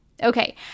Okay